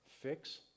fix